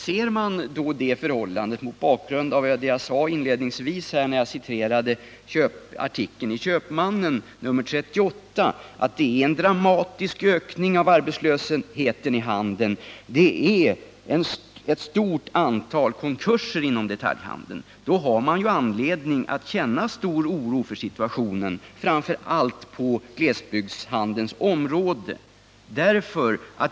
Ser man det förhållandet mot bakgrund av vad jag sade inledningsvis när 85 jag citerade artikeln i Köpmannen nr 38 —- nämligen att det sker en dramatisk ökning av arbetslösheten och att det sker ett stort antal konkurser inom detaljhandeln — har man anledning att känna stor oro inför situationen, framför allt när det gäller glesbygdshandeln.